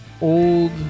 old